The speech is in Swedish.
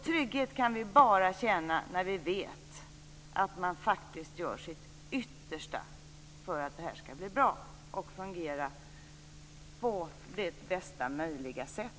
Trygghet kan vi bara känna när vi vet att man faktiskt gör sitt yttersta för att det här skall bli bra och fungera på bästa möjliga sätt.